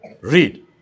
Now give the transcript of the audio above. Read